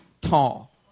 tall